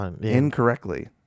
Incorrectly